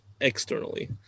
externally